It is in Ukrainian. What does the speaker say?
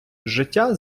життя